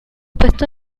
puesto